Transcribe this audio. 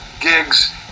gigs